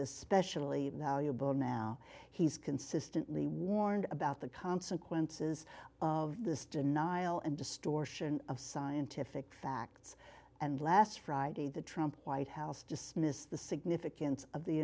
especially valuable now he's consistently warned about the consequences of this denial and distortion of scientific facts and last friday the trump white house dismissed the significance of the